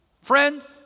Friend